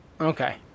Okay